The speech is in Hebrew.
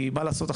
כי מה לעשות,